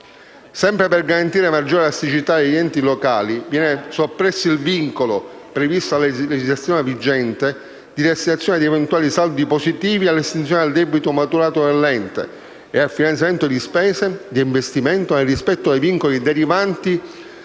Sempre per garantire maggiore elasticità agli enti locali, viene soppresso il vincolo, previsto a legislazione vigente, di destinazione di eventuali saldi positivi all'estinzione del debito maturato dell'ente e al finanziamento di spese di investimento, nel rispetto dei vincoli derivanti